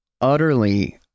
utterly